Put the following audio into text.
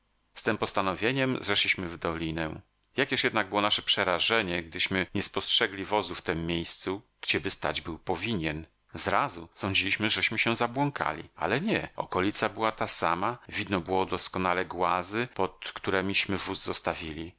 z tem postanowieniem zeszliśmy w dolinę jakież jednak było nasze przerażenie gdyśmy nie spostrzegli wozu w tem miejscu gdzieby stać był powinien zrazu sądziliśmy żeśmy się zabłąkali ale nie okolica była ta sama widno było doskonale głazy pod któremiśmy wóz zostawili